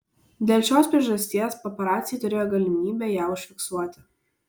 dėl šios priežasties paparaciai turėjo galimybę ją užfiksuoti